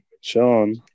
Sean